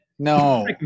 No